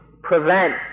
prevent